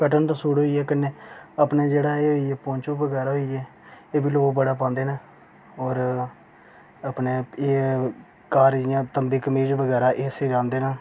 cotton दा suit होई गेआ कन्नै अपने जेह्ड़ा एह् होई गेआ पौंचू बगैरा होई गे एह् बी लोग बड़ा पांदे न होर अपने घर जियां तम्बी कमीज बगैरा एह् सेयांदे न